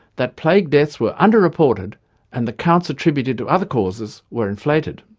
that plague deaths were under-reported and the counts attributed to other causes were inflated.